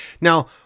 Now